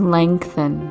lengthen